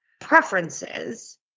preferences